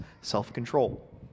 self-control